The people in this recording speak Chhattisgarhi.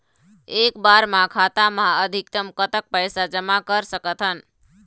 एक बार मा खाता मा अधिकतम कतक पैसा जमा कर सकथन?